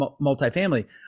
multifamily